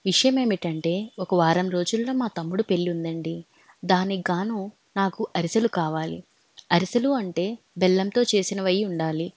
విషయం ఏమిటి అంటే ఒక వారం రోజుల్లో మా తమ్ముడు పెళ్లి ఉందండి దానికి గాను నాకు అరిసెలు కావాలి అరిసెలు అంటే బెల్లంతో చేసినవి అయి ఉండాలి